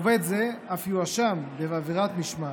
עובד זה אף יואשם בעבירת משמעת.